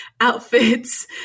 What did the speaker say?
outfits